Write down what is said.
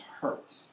hurt